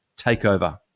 takeover